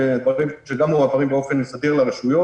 מה שאתה אומר הוא מעניין ולפחות לי הוא חדש.